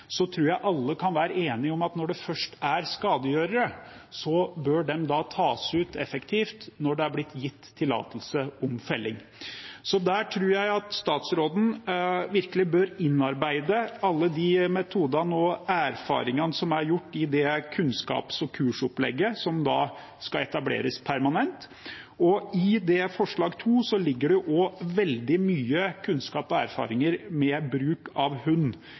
tror jeg alle kan være enige om at når det først er skadegjørere, bør de tas ut effektivt når det er blitt gitt tillatelse om felling. Der tror jeg statsråden virkelig bør innarbeide alle de metodene og erfaringene som er gjort i det kunnskaps- og kursopplegget som skal etableres permanent. I forslag nr. 2 ligger det også veldig mye kunnskap og erfaringer med bruk av